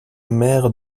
mère